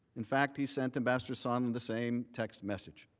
in fact, he sent ambassador sondland the same text message.